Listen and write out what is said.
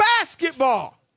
basketball